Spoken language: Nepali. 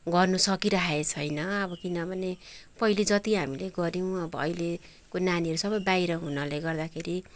गर्नु सकिराखेको छैन किनभने पहिले जति हामीले गर्यौँ अब अहिलेको नानीहरू सबै बाहिर हुनाले गर्दाखेरि